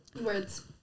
Words